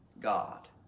God